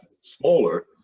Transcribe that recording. smaller